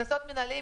קנסות מנהליים,